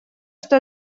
что